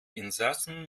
insassen